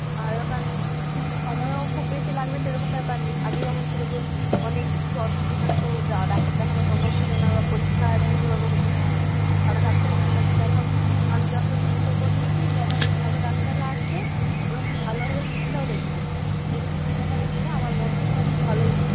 আর ওখানে সময়ও খুব বেশি লাগবে সেরকম ব্যাপার নেই আগে যেমন ছিলো যে অনেক কিছু অসুবিধে থাকতো ডাক্তার দেখানো সম্ভব ছিলো না বা পরীক্ষা নির্ভুলভাবে হতো না সেক্ষেত্রে ভালো ডাক্তার ছিলো না কিন্তু এখন আমি যতো দূর খবর নিয়েছি যে এখন খুব ভালো ডাক্তাররা আসছে এবং খুব ভালোভাবে চিকিৎসাও করছে সেক্ষেত্রে তুমি ওখানে গেলে আমার মনে হয় তোমার খুব ভালোই হবে